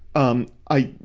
um, i,